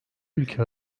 ülke